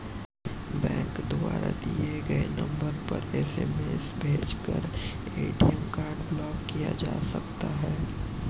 bank द्वारा दिए गए नंबर पर एस.एम.एस भेजकर ए.टी.एम कार्ड ब्लॉक किया जा सकता है